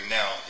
now